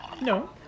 No